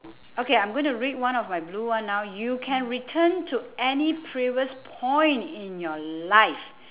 okay I'm going to read one of my blue one now you can return to any previous point in your life